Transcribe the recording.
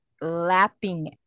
lapping